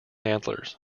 antlers